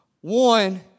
One